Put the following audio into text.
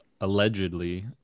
allegedly